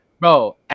Bro